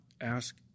ask